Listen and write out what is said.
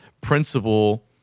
principle